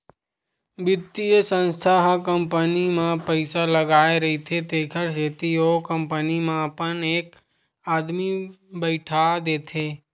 बित्तीय संस्था ह कंपनी म पइसा लगाय रहिथे तेखर सेती ओ कंपनी म अपन एक आदमी बइठा देथे